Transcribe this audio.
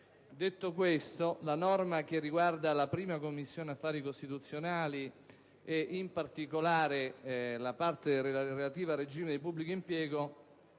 Detto questo, la norma che riguarda la 1a Commissione affari costituzionali e in particolare la parte relativa al regime del pubblico impiego